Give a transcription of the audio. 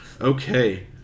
Okay